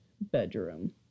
bedroom